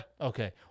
Okay